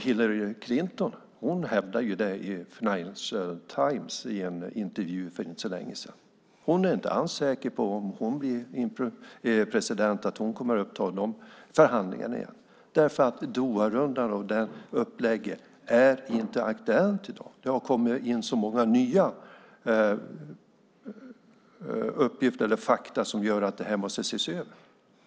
Hillary Clinton hävdar det i en intervju i Financial Times för inte så länge sedan. Hon är inte säker på om hon blir president att hon kommer att uppta de förhandlingarna igen. Doharundan och det upplägget är inte aktuellt i dag. Det har kommit in så många nya uppgifter och fakta som gör att det måste ses över.